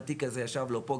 התיק הזה יש לו פה,